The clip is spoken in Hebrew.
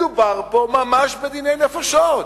מדובר פה ממש בדיני נפשות.